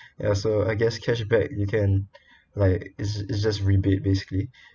ya so I guess cashback you can like it's it's just rebate basically